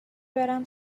برم